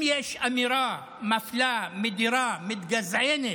אם יש אמירה מפלה, מדירה, מתגזענת,